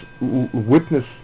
witness